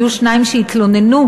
היו שניים שהתלוננו,